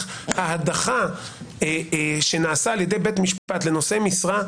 ההדחה שנעשה על ידי בית משפט לנושאי משרה,